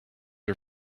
are